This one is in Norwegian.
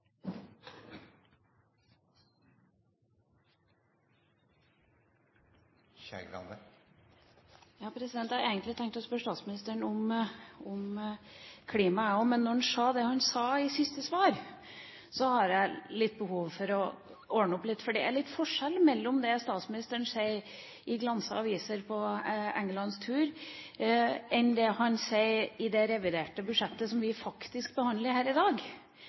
Jeg hadde egentlig tenkt å spørre statsministeren om klima, jeg også, men når han sa det han sa i siste svar, har jeg behov for å ordne opp litt. Det er litt forskjell mellom det statsministeren sier i glansede aviser på Englandstur, og det han sier i det reviderte budsjettet som vi behandler her i dag.